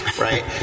right